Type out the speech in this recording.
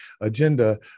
agenda